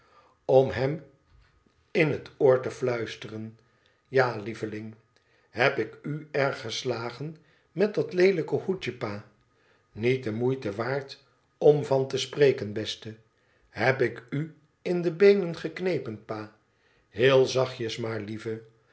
om hem in het oor te fluisteren tja lieveling heb ik u erg geslagen met dat leelijke hoedje pa niet de moeite waard om van te spreken beste heb ik u in de beenen geknepen pa t heel zachtjes maar lieve